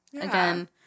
again